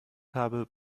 habe